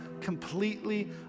completely